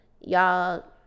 y'all